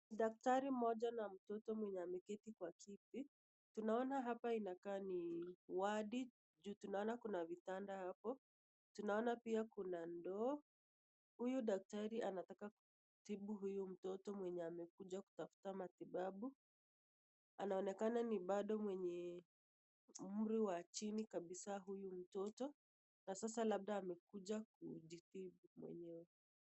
Ni daktari mmoja na mtoto mwenye ameketi kwa kiti. Tunaona hapa inakaa ni wadi juu tunaona kuna vitanda hapo. Tunaona pia kuna ndoo. Huyu daktari anataka kumtibu huyu mtoto mwenye amekuja kutafuta matibabu. Anaonekana ni bado mwenye umri wa chini kabisa huyu mtoto. Na sasa labda amekuja kujitibu mwenyewe.